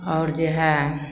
आओर जे हइ